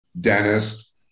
dentist